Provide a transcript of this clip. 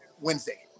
wednesday